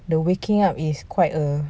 the waking up is quite a